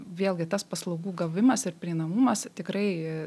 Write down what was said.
vėlgi tas paslaugų gavimas ir prieinamumas tikrai